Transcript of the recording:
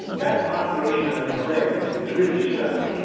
that population of prey is really stuck